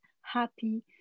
happy